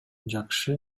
жакшы